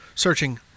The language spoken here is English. searching